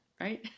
right